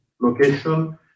location